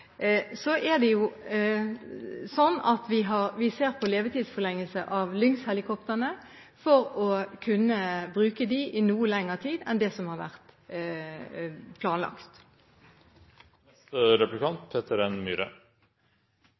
Så ser vi på levetidsforlengelse av Lynx-helikoptrene for å kunne bruke dem i noe lengre tid enn det som har vært planlagt.